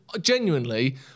genuinely